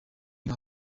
nka